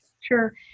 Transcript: Sure